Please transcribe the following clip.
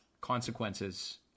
consequences